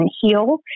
heal